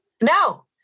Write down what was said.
No